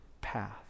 path